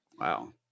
Wow